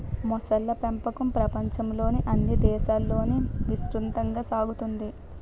మొసళ్ళ పెంపకం ప్రపంచంలోని అన్ని దేశాలలోనూ విస్తృతంగా సాగుతోంది